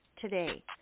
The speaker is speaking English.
today